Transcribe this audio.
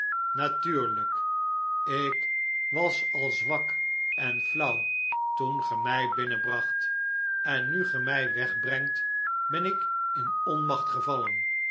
ik was al zwak en flauw toen ge mn binnenbracht en nu ge mjj wegbrengt ben ik in onmacht gevallen